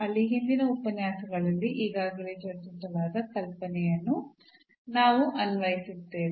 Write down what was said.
ಅಲ್ಲಿ ಹಿಂದಿನ ಉಪನ್ಯಾಸಗಳಲ್ಲಿ ಈಗಾಗಲೇ ಚರ್ಚಿಸಲಾದ ಕಲ್ಪನೆಯನ್ನು ನಾವು ಅನ್ವಯಿಸುತ್ತೇವೆ